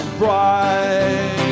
bright